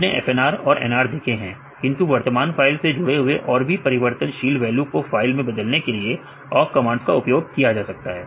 आपने FNR और NR देखे हैं किंतु वर्तमान फाइल से जुड़े हुए और भी परिवर्तनशील वैल्यू को फाइल में बदलने के लिए awk कमांड्स का उपयोग किया जा सकता है